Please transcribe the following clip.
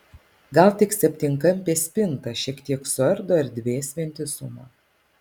gal tik septynkampė spinta šiek tiek suardo erdvės vientisumą